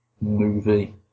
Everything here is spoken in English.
movie